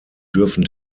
dürfen